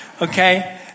Okay